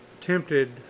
tempted